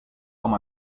com